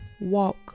walk